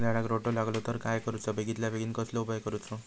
झाडाक रोटो लागलो तर काय करुचा बेगितल्या बेगीन कसलो उपाय करूचो?